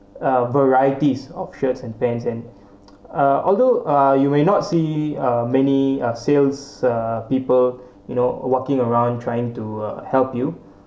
uh varieties of shirts and pants and uh although uh you may not see uh many are sales uh people you know walking around trying to uh help you